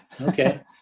Okay